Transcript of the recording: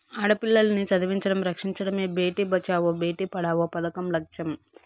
ఆడపిల్లల్ని చదివించడం, రక్షించడమే భేటీ బచావో బేటీ పడావో పదకం లచ్చెం